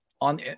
on